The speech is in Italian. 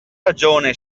ragione